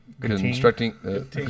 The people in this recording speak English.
constructing